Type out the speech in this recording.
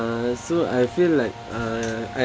uh so I feel like uh I